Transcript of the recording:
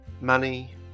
money